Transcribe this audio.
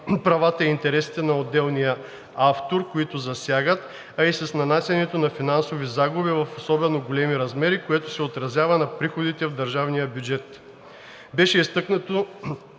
правата и интересите на отделния автор, които засягат, а и с нанасянето на финансови загуби в особено големи размери, което се отразява на приходите в държавния бюджет. Беше изтъкнато,